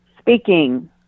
Speaking